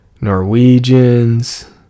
norwegians